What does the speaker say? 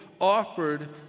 offered